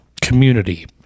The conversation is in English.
community